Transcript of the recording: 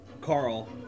Carl